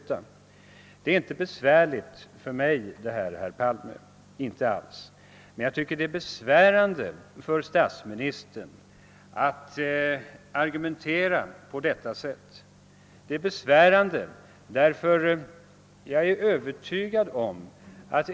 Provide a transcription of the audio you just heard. Det här är inte alls något som är besvärligt för mig, herr Palme. Men statsministerns sätt att argumentera är besvärande för honom själv.